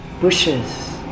bushes